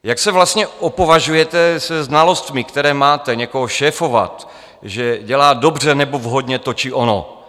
Jak se vlastně opovažujete se znalostmi, které máte, někoho šéfovat, že dělá dobře nebo vhodně to či ono?